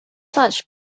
such